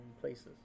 places